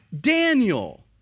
Daniel